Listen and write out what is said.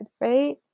right